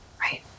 right